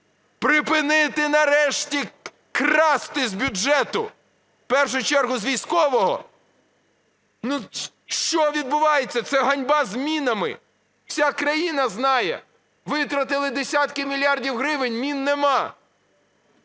Припинити нарешті красти з бюджету, в першу чергу з військового. Ну що відбувається? Це ганьба з мінами. Вся країна знає, витратили десятки мільярди гривень – мін немає.